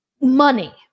money